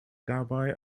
dabei